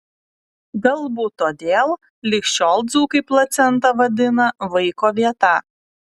galbūt todėl lig šiol dzūkai placentą vadina vaiko vieta